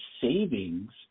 savings